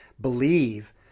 believe